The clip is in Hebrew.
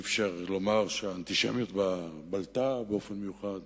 אי-אפשר לומר שהאנטישמיות בה בלטה באופן מיוחד.